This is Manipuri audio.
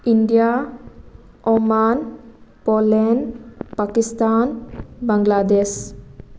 India Oman Poland Pakistan Bangladesh